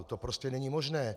To prostě není možné.